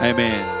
Amen